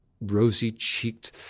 rosy-cheeked